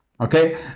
okay